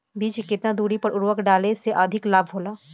बीज के केतना दूरी पर उर्वरक डाले से अधिक लाभ होला?